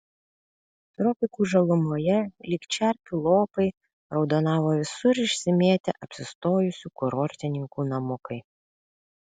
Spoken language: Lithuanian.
tropikų žalumoje lyg čerpių lopai raudonavo visur išsimėtę apsistojusių kurortininkų namukai